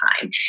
time